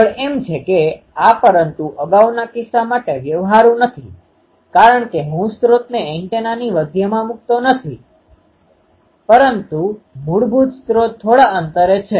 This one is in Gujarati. આગળ એમ છે કે આ પરંતુ અગાઉના કિસ્સા માટે વ્યવહારુ નથી કારણ કે હું સ્ત્રોતને એન્ટેનાની મધ્યમાં મૂકી શકતો નથી મૂળભૂત સ્ત્રોત થોડા અંતરે છે